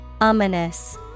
Ominous